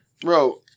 Bro